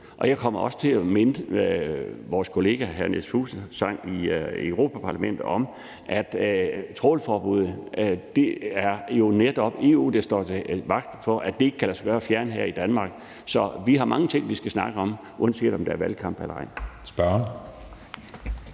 Jeg kommer også til at minde min kollega hr. Niels Fuglsang i Europa-Parlamentet om, at det jo netop er EU, der står vagt om, at et trawlforbud ikke kan lade sig gøre her i Danmark. Så vi har mange ting, vi skal snakke om, uanset om der er valgkamp eller ej.